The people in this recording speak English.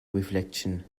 reflection